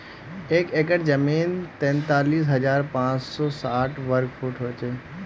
एक एकड़ जमीन तैंतालीस हजार पांच सौ साठ वर्ग फुट हो छे